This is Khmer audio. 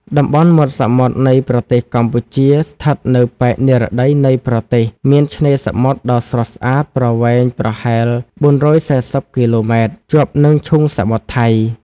តំបន់មាត់សមុទ្រនៃប្រទេសកម្ពុជា ស្ថិតនៅប៉ែក និរតី នៃប្រទេស មានឆ្នេរសមុទ្រដ៏ស្រស់ស្អាតប្រវែងប្រហែល ៤៤០ គីឡូម៉ែត្រ ជាប់នឹងឈូងសមុទ្រថៃ។